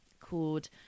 called